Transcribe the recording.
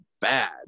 bad